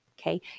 Okay